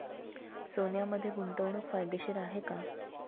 सोन्यामध्ये गुंतवणूक फायदेशीर आहे का?